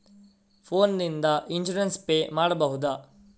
Phone ನಿಂದ insurance pay ಮಾಡಬಹುದ?